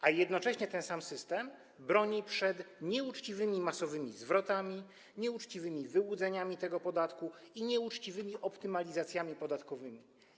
A jednocześnie ten sam system broni przed nieuczciwymi masowymi zwrotami, nieuczciwymi wyłudzeniami tego podatku, i nieuczciwymi optymalizacjami podatkowymi.